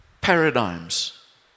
paradigms